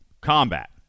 Combat